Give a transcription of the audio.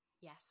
yes